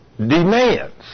demands